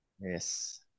Yes